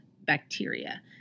bacteria